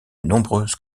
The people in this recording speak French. nombreuses